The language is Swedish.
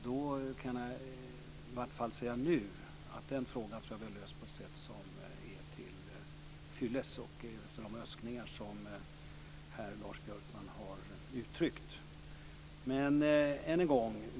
Jag kan i varje fall säga nu att den frågan har lösts tillfyllest efter de önskningar som Lars Björkman har uttryckt.